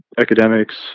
academics